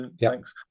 Thanks